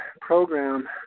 program